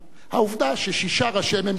העובדה ששישה ראשי ממשלה,